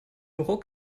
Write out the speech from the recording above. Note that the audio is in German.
ruck